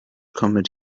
comedy